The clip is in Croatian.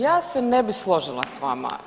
Ja se ne bih složila sa vama.